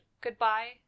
goodbye